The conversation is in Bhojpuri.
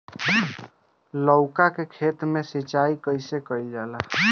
लउका के खेत मे सिचाई कईसे कइल जाला?